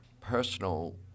personal